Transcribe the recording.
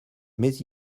mais